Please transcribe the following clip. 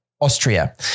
Austria